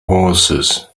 horses